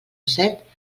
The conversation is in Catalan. set